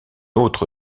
autre